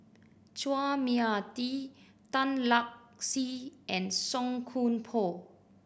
Chua Mia Tee Tan Lark Sye and Song Koon Poh